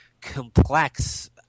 complex